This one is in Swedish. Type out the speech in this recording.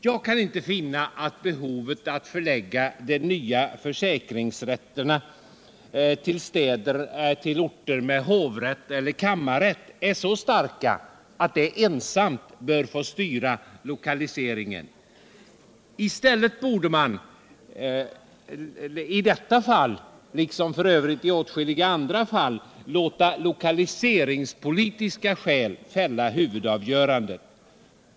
Jag kan inte finna att behovet att förlägga de nya försäkringsrätterna till orter med hovrätt eller kammarrätt är så starkt att det ensamt bör få styra lokaliseringen. I stället borde man i detta fall, liksom f.ö. i åtskilliga andra fall, låta lokaliseringspolitiska skäl fälla huvudavgörandet.